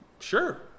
sure